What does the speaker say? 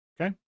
Okay